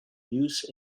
use